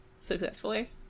successfully